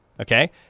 Okay